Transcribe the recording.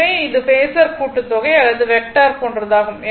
எனவே இது பேஸர் கூட்டுத்தொகை அல்லது வெக்டர் போன்றதாகும்